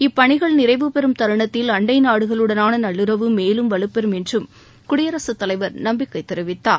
இப்பணிகள் நிறைவு பெறும் தருணத்தில் அண்டை நாடுகளுடனான நல்லுறவு மேலும் வலுப்பெறும் என்றும் குடியரசுத் தலைவர் நம்பிக்கை தெரிவித்தார்